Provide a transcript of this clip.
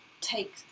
take